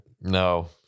No